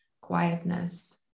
quietness